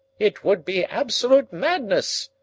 it would be absolute madness,